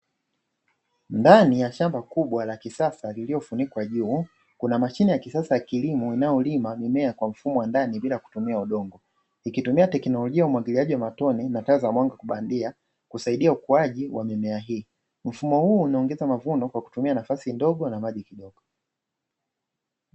Ndani ya shamba kubwa la kisasa lililofunikwa juu kuna mashine ya kisasa ya kilimo inayolima mimea kwa mfumo wa ndani bila kutumia udongo, ikitumia teknolojia ya umwagiliaji wa matone na taa za mwanga wa bandia husaidia ukuaji wa mimea hii, mfumo huu unaongeza mavuno kwa kutumia nafasi ndogo na maji kidogo.